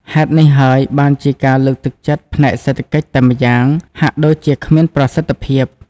ហេតុនេះហើយបានជាការលើកទឹកចិត្តផ្នែកសេដ្ឋកិច្ចតែម្យ៉ាង ហាក់ដូចជាគ្មានប្រសិទ្ធភាព។